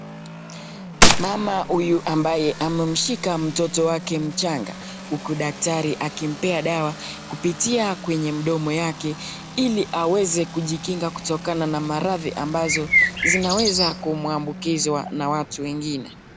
Mama huyu ambaye amemshika mtoto wake mchanga huku daktari akimpea dawa kupitia kwenye mdomo yake ili aweze kujikinga kutokana na maradhi ambazo zinaweza kumwambukizwa na watu wengine.